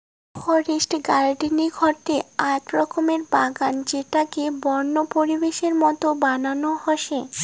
forest gardening হসে আক রকমের বাগান যেটোকে বন্য পরিবেশের মত বানানো হসে